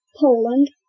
Poland